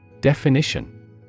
Definition